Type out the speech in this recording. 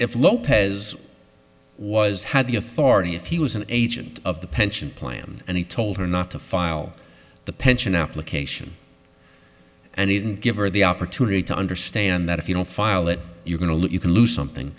if lopez was had the authority if he was an agent of the pension plan and he told her not to file the pension application and he didn't give her the opportunity to understand that if you don't file it you're going to look you can lose something